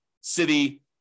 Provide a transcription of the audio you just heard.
city